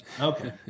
okay